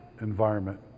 environment